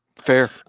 Fair